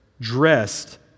dressed